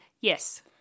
yes